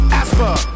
asper